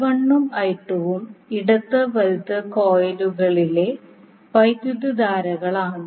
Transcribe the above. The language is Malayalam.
ഉം ഉം ഇടത് വലത് കോയിലുകളിലെ വൈദ്യുതധാരകൾ ആണ്